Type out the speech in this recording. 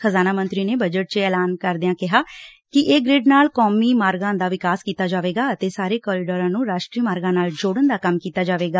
ਖਜ਼ਾਨਾ ਮੰਤਰੀ ਨੇ ਬਜਟ ਚ ਇਹ ਐਲਾਨ ਕਰਦਿਆ ਕਿਹਾ ਕਿ ਇਸ ਗ੍ਰਿਡ ਨਾਲ ਕੌਮੀ ਮਾਰਗਾਂ ਦਾ ਵਿਕਾਸ ਕੀਤਾ ਜਾਏਗਾ ਅਤੇ ਸਾਰੇ ਕੋਰੀਡੋਰਾਂ ਨੂੰ ਰਾਸ਼ਟਰੀ ਮਾਰਗ ਨਾਲ ਜੋੜਨ ਦਾ ਕੰਮ ਕੀਤਾ ਜਾਏਗਾ